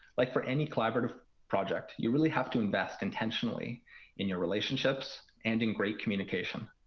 like for any collaborative project, you really have to invest intentionally in your relationships and in great communication.